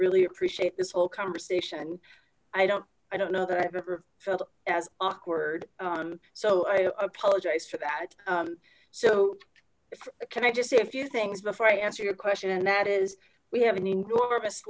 really appreciate this whole conversation i don't i don't know that i've ever felt as awkward so i apologize for that so can i just say if things before i answer your question and that is we have an enormous